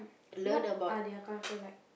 what are their culture like